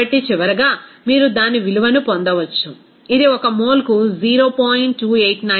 కాబట్టి చివరగా మీరు దాని విలువను పొందవచ్చు ఇది ఒక మోల్కు 0